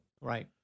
Right